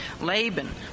Laban